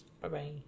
Bye-bye